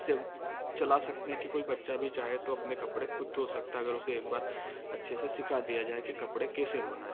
से चला सकते हैं कि कोई बच्चा भी चाहे तो अपने कपड़े खुद धो सकता है अगर उसे एक बार अच्छे से सिखा दिया जाए की कपड़े कैसे धोना है